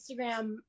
Instagram